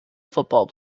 football